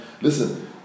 Listen